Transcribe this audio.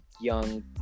young